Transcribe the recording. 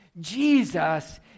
Jesus